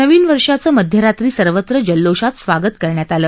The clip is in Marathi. नवीन वर्षाचं मध्यरात्री सर्वत्र जल्लोषात स्वागत करण्यात आलं